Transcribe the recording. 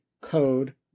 code